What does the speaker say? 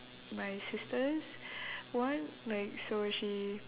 my sister's one like so she